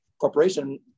corporation